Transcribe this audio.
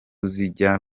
zijya